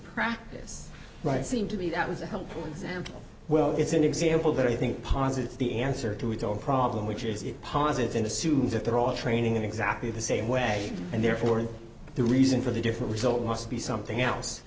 practice right seem to be that was a helpful example well it's an example that i think posits the answer to its own problem which is it posits and assumes that they're all training in exactly the same way and therefore the reason for the different result must be something else